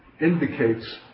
indicates